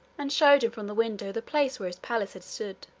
and showed him from the window the place where his palace had stood.